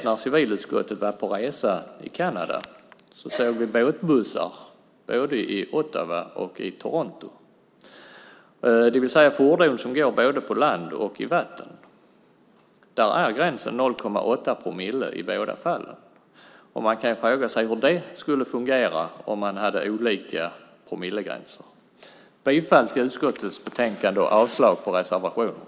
När civilutskottet var på resa i Canada såg vi båtbussar både i Ottawa och i Toronto, det vill säga fordon som går både på land och i vatten. Där är gränsen 0,8 promille i båda fallen. Man kan fråga sig hur det skulle fungera om man hade olika promillegränser. Jag yrkar bifall till förslaget i utskottets betänkande och avslag på reservationen.